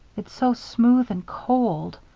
it's so smooth and cold.